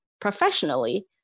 professionally